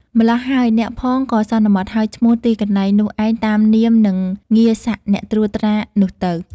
ម្ល៉ោះហើយអ្នកផង ក៏សន្មតហៅឈ្មោះទីកន្លែងនោះឯង តាមនាម និងងារសក្ដិ អ្នកត្រួតត្រានោះទៅ។